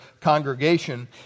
congregation